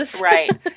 Right